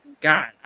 God